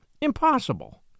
Impossible